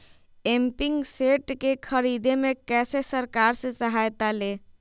Pumping set के ख़रीदे मे कैसे सरकार से सहायता ले?